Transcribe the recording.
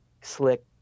slick